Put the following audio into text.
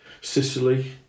Sicily